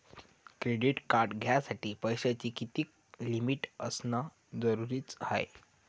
Credit card घ्यासाठी पैशाची कितीक लिमिट असनं जरुरीच हाय?